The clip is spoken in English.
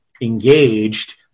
engaged